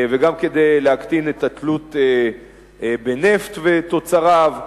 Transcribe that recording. וגם כדי להקטין את התלות בנפט ותוצריו,